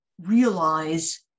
realize